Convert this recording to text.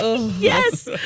Yes